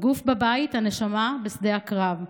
/ הגוף בבית, הנשמה בשדה הקרב.